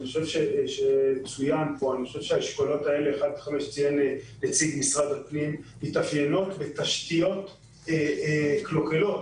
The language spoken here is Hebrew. כי אני חושב שהאשכולות האלה מתאפיינות בתשתיות קלוקלות,